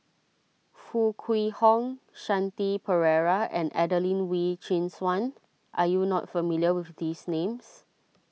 Foo Kwee Horng Shanti Pereira and Adelene Wee Chin Suan are you not familiar with these names